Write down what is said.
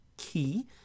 key